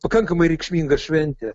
pakankamai reikšminga šventė